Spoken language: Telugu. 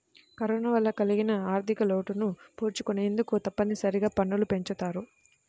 కరోనా వల్ల కలిగిన ఆర్ధికలోటును పూడ్చుకొనేందుకు తప్పనిసరిగా పన్నులు పెంచుతారు